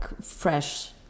fresh